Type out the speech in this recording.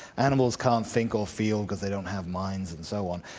animals can't think or feel because they don't have minds, and so on,